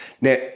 Now